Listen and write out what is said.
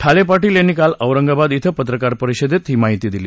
ठाले पाटील यांनी काल औरंगाबाद इथं पत्रकार परिषदेत ही माहिती दिली